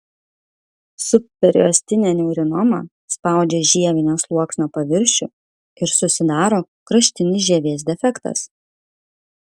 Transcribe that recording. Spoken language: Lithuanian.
subperiostinė neurinoma spaudžia žievinio sluoksnio paviršių ir susidaro kraštinis žievės defektas